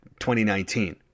2019